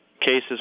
cases